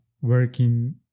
working